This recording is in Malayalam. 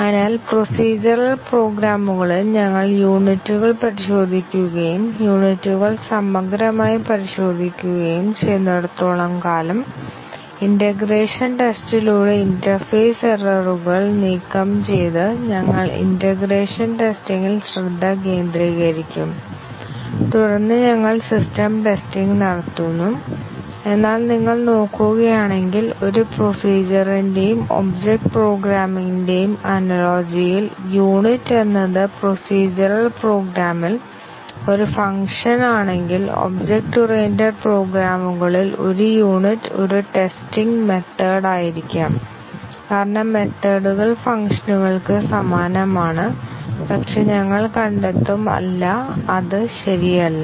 അതിനാൽ പ്രൊസീഡ്യൂറൽ പ്രോഗ്രാമുകളിൽ ഞങ്ങൾ യൂണിറ്റുകൾ പരിശോധിക്കുകയും യൂണിറ്റുകൾ സമഗ്രമായി പരിശോധിക്കുകയും ചെയ്യുന്നിടത്തോളം കാലം ഇന്റഗ്രേഷൻ ടെസ്റ്റിലൂടെ ഇന്റർഫേസ് എററുകൾ നീക്കംചെയ്ത് ഞങ്ങൾ ഇന്റഗ്രേഷൻ ടെസ്റ്റിംഗിൽ ശ്രദ്ധ കേന്ദ്രീകരിക്കും തുടർന്ന് ഞങ്ങൾ സിസ്റ്റം ടെസ്റ്റിംഗ് നടത്തുന്നു എന്നാൽ നിങ്ങൾ നോക്കുകയാണെങ്കിൽ ഒരു പ്രൊസീജ്യറിന്റെയും ഒബ്ജക്റ്റ് പ്രോഗ്രാമിന്റെയും അനാലോജിയിൽ യൂണിറ്റ് എന്നത് പ്രൊസീജ്യറൽ പ്രോഗ്രാമിൽ ഒരു ഫംഗ്ഷൻ ആണെങ്കിൽ ഒബ്ജക്റ്റ് ഓറിയന്റഡ് പ്രോഗ്രാമുകളിൽ ഒരു യൂണിറ്റ് ഒരു ടെസ്റ്റിംഗ് മെത്തേഡ് ആയിരിക്കാം കാരണം മെത്തേഡുകൾ ഫംഗ്ഷനുകൾക്ക് സമാനമാണ് പക്ഷേ ഞങ്ങൾ കണ്ടെത്തും അല്ല അത് ശരിയല്ല